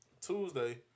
Tuesday